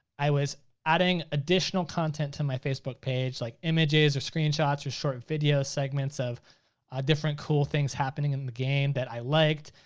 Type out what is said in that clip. i was adding additional content to my facebook page, like images or screenshots or short video segments of different cool things happening in the game that i liked,